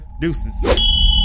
deuces